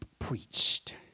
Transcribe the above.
preached